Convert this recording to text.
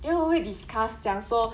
then 我会 discuss 讲说